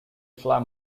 fly